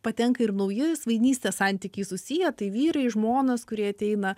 patenka ir nauji svainystės santykiais susiję tai vyrai žmonos kurie ateina